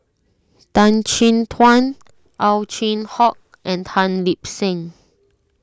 Tan Chin Tuan Ow Chin Hock and Tan Lip Seng